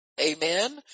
Amen